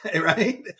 right